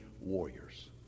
warriors